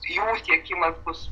jų tiekimas bus